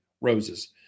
roses